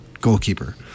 goalkeeper